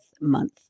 month